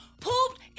pooped